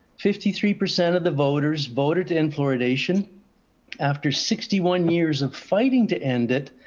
fifty three percent of the voters voted in fluoridation after sixty one years of fighting to end it.